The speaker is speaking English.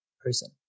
prison